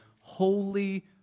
Holy